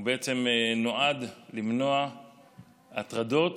הוא בעצם נועד למנוע הטרדות